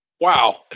wow